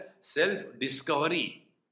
self-discovery